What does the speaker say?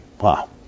Wow